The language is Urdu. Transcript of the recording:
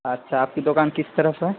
اچھا آپ کی دکان کس طرف ہے